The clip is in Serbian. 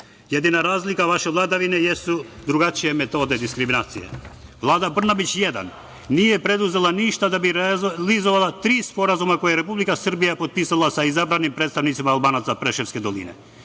Jedina razlika vaše vladavine jesu drugačije metode diskriminacije. Vlada Brnabić jedan nije preuzela ništa da bi realizovala tri sporazuma koje je Republika Srbija potpisala sa izabranim predstavnicima Albanaca Preševske doline.